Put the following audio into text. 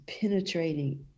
penetrating